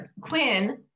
quinn